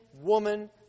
woman